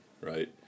right